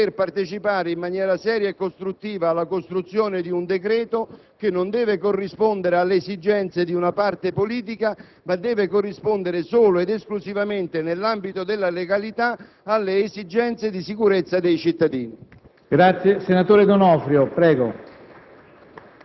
di poter partecipare in maniera seria e costruttiva alla costruzione di un decreto che non deve corrispondere alle esigenze di una parte politica, ma solo ed esclusivamente, nell'ambito della legalità, alle esigenze di sicurezza dei cittadini.